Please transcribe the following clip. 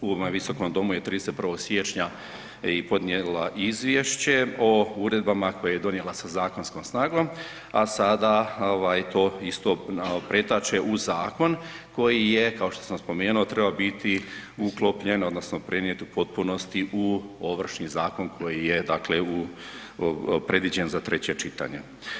U ovome visokom domu je 31. siječnja i podnijela izvješće o uredbama koje je donijela sa zakonskom snagom, a sada ovaj to isto pretače u zakon koji je, kao što sam spomenuo trebao biti uklopljen odnosno prenijet u potpunosti u Ovršni zakon koji je dakle u, predviđen za treće čitanje.